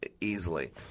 easily